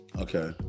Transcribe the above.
okay